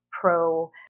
pro